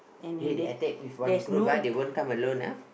they they attack with one group ah they won't come alone ah